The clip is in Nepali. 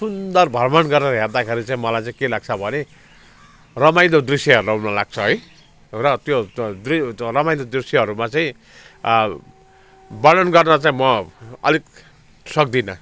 सुन्दर भ्रमण गरेर हेर्दाखेरि चाहिँ मलाई के लाग्छ भने रमाइलो दृश्य हेर्न मन लाग्छ है र त्यो त्यो दृ रमाइलो दृश्यहरूमा चाहिँ वर्णन गर्न चाहिँ म अलिक सक्दिनँ